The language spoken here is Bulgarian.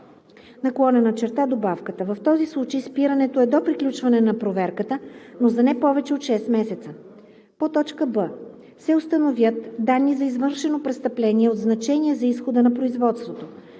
размера на пенсията/добавката; в този случай спирането е до приключване на проверката, но за не повече от 6 месеца; б) се установят данни за извършено престъпление от значение за изхода на производството;